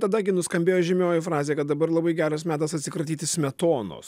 tada gi nuskambėjo žymioji frazė kad dabar labai geras metas atsikratyti smetonos